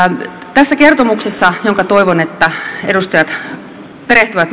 tässä kertomuksessa toivon edustajien siihen perehtyvän